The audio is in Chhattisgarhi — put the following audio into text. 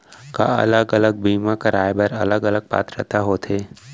का अलग अलग बीमा कराय बर अलग अलग पात्रता होथे?